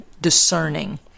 discerning